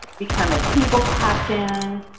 become a table captain.